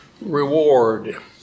reward